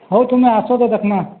ହଉ ତୁମେ ଆସ ତ ଦେଖ୍ମା